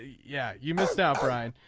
yeah. you missed out brian.